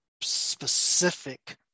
specific